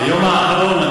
היום האחרון.